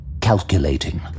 calculating